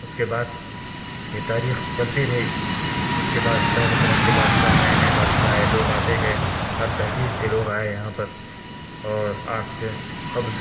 اس بعد یہ تاریخ چلتی رہی اس کے بعد طرح طرح کے بادشاہ نئے نئے بادشاہ آئے لوگ آتے گئے ہر تہذیب کے لوگ آئے یہاں پر اور آج سے قبل